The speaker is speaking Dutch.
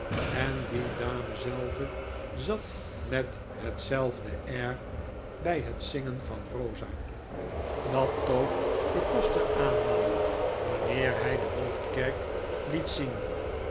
en die dame zelve zat met hetzelfde air bij het zingen van rosa dat tope dickens de kloh van meester humphrey het geheim van edwin deood de koster aannam wanneer hg de hoofdkerk liet zien